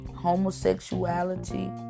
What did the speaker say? homosexuality